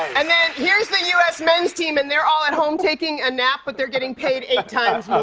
and then, here's the u s. men's team, and they're all at home taking a nap, but they're getting paid eight times